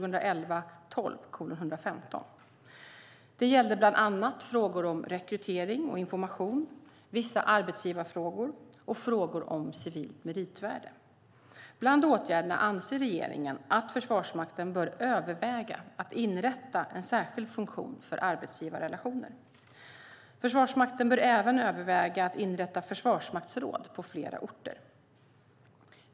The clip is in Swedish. Det gällde bland annat frågor om rekrytering och information, vissa arbetsgivarfrågor och frågor om civilt meritvärde. Bland åtgärderna anser regeringen att Försvarsmakten bör överväga att inrätta en särskild funktion för arbetsgivarrelationer. Försvarsmakten bör även överväga att inrätta försvarsmaktsråd på flera orter.